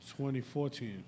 2014